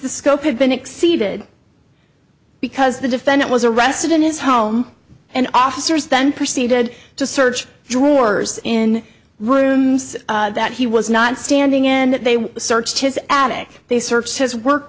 the scope had been exceeded because the defendant was arrested in his home and officers then proceeded to search drawers in rooms that he was not standing in they searched his attic they searched his work